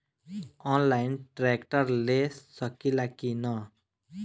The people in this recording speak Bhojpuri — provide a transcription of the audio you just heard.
आनलाइन ट्रैक्टर ले सकीला कि न?